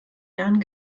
jahren